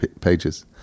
pages